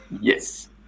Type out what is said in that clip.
Yes